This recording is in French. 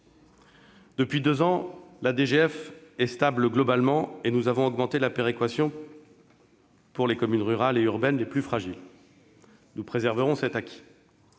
fonctionnement, la DGF, est globalement stable et nous avons augmenté la péréquation pour les communes rurales et urbaines les plus fragiles. Nous préserverons cet acquis.